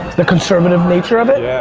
the conservative nature of it? yeah,